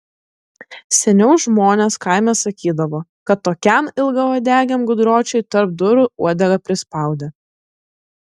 seniau žmonės kaime sakydavo kad tokiam ilgauodegiam gudročiui tarp durų uodegą prispaudė